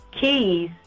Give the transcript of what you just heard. keys